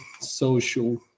social